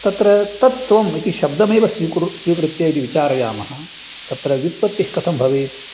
तत्र तत्त्वम् इति शब्दमेव स्वीकुर्मः स्वीकृत्य यदि विचारयामः तत्र व्युत्पत्तिः कथं भवेत्